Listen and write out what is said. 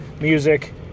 music